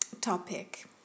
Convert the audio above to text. topic